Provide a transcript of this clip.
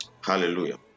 hallelujah